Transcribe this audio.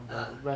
ah